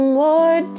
more